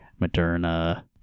moderna